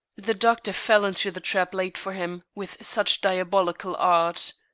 the doctor fell into the trap laid for him with such diabolical art.